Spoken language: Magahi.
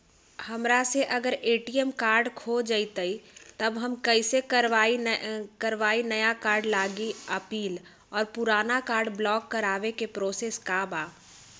हमरा से अगर ए.टी.एम कार्ड खो जतई तब हम कईसे करवाई नया कार्ड लागी अपील और पुराना कार्ड ब्लॉक करावे के प्रोसेस का बा?